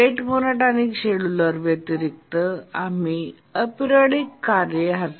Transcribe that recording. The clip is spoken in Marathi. रेट मोनोटॉनिक शेड्यूलर व्यतिरिक्त आम्ही अॅपेरिओडिक कार्ये aperiodic tasks